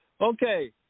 Okay